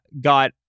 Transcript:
got